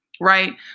right